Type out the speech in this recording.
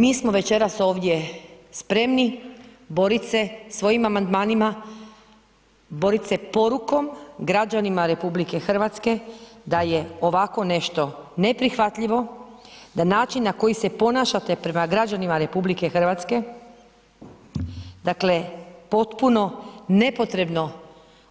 Mi smo večeras ovdje spremni boriti se svojim amandmanima, boriti se porukom građanima RH da je ovako nešto neprihvatljivo, da način na koji se ponašate prema građanima RH, dakle potpuno nepotrebno